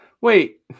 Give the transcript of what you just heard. Wait